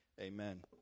amen